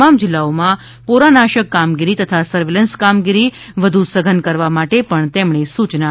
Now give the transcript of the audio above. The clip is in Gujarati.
તમામ જિલ્લાઓમાં પોરાનાશક કામગીરી તથા સર્વેલન્સ કામગીરી વધુ સધન કરવા માટે પણ તેમણે સૂચના આપી હતી